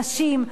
נשים,